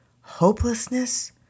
hopelessness